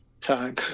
time